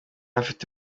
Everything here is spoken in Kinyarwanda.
afite